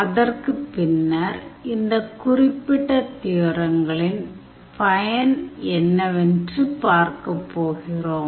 அதற்குப் பின்னர் இந்த குறிப்பிட்ட தியோரங்களின் பயன் என்னவென்று பார்க்கப் போகிறோம்